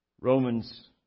Romans